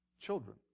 children